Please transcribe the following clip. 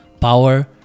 power